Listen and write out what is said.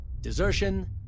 desertion